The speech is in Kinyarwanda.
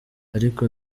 ariko